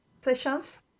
sessions